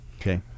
okay